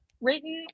written